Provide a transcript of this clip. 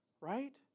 right